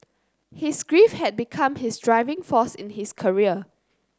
his grief had become his driving force in his career